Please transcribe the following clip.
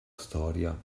storia